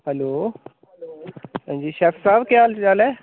hello हां जी chef साहब केह् हाल चाल ऐ